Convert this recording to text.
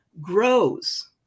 grows